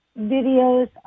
videos